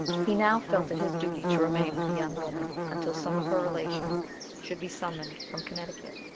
he now felt it his duty to remain with the young woman until some of her relations should be summoned from connecticut.